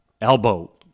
Elbow